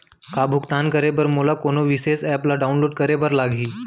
का भुगतान करे बर मोला कोनो विशेष एप ला डाऊनलोड करे बर लागही